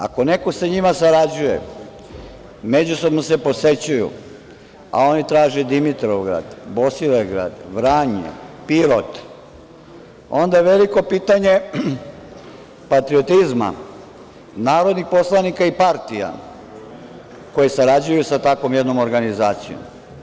Ako neko sa njima sarađuje, međusobno se posećuju, a oni traže Dimitrovgrad, Bosilegrad, Vranje, Pirot, onda je veliko pitanje patriotizma narodnih poslanika i partija koje sarađuju sa takvom jednom organizacijom.